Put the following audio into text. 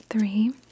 Three